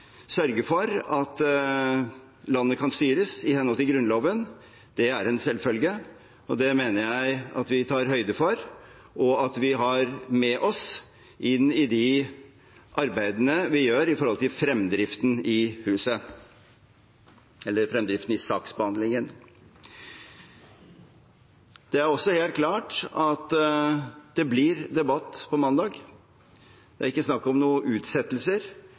sørge for at landet kan styres i henhold til Grunnloven, er en selvfølge. Det mener jeg at vi tar høyde for, og at vi har med oss inn i de arbeidene vi gjør med hensyn til fremdriften i saksbehandlingen. Det er også helt klart at det blir debatt på mandag. Det er ikke snakk om noen utsettelser